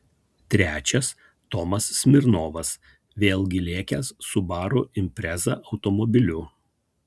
trečias tomas smirnovas vėlgi lėkęs subaru impreza automobiliu